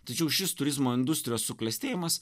tačiau šis turizmo industrijos suklestėjimas